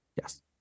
Yes